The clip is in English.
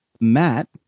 matt